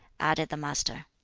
added the master.